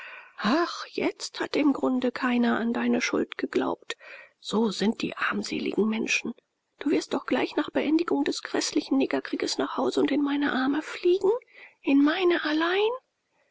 ach jetzt hat im grunde keiner an deine schuld geglaubt so sind die armseligen menschen du wirst doch gleich nach beendigung des gräßlichen negerkrieges nach hause und in meine arme fliegen in meine allein